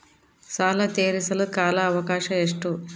ಸಾಲ ತೇರಿಸಲು ಕಾಲ ಅವಕಾಶ ಎಷ್ಟು?